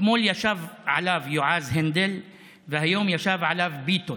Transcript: אתמול ישב עליו יועז הנדל והיום ישב עליו ביטון.